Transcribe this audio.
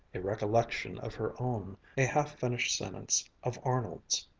a recollection of her own, a half-finished sentence of arnold's.